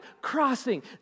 crossing